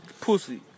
pussy